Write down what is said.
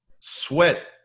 sweat